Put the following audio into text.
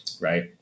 right